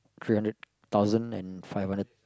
three hundred thousand and five hundred